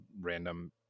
random